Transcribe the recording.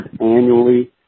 annually